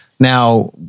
Now